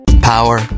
Power